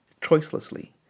choicelessly